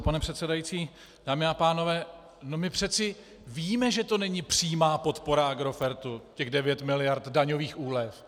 Pane předsedající, dámy a pánové, my přece víme, že to není přímá podpora Agrofertu, těch 9 miliard daňových úlev.